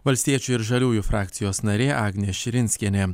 valstiečių ir žaliųjų frakcijos narė agnė širinskienė